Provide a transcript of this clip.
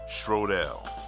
Schrodel